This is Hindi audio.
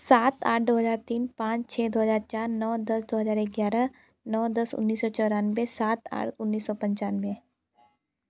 सात आठ दो हज़ार तीन पाँच छ दो हज़ार चार नौ दस दो हज़ार ग्यारह नौ दस उन्नीस सौ चौरानवे सात आठ उन्नीस सौ पचानवे